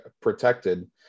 protected